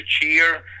cheer